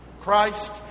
Christ